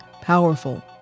powerful